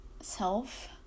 self